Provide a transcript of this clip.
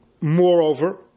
Moreover